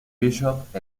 bishop